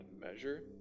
measure